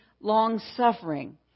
long-suffering